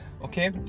okay